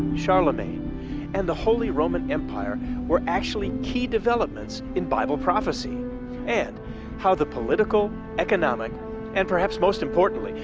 charlemagne and the holy roman empire were actually key developments in bible prophecy and how the political, economic and perhaps most importantly,